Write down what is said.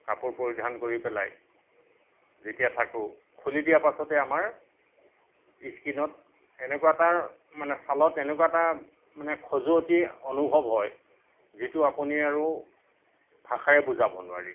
কাপোৰ পৰিধান কৰি পেলাই যেতিয়া থাকোঁ খুলি দিয়াৰ পাছতে আমাৰ স্কিনত এনেকুৱা এটা মানে ছালত এনেকুৱা এটা খজুৱতি অনুভৱ হয় যিটো আপুনি আৰু ভাষাৰে বুজাব নোৱাৰি